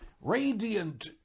radiant